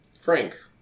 Frank